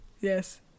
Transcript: Yes